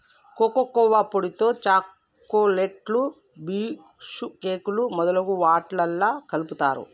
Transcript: cocoa పొడితో చాకోలెట్లు బీషుకేకులు మొదలగు వాట్లల్లా కలుపుతారు